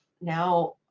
now